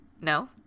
No